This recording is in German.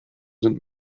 sind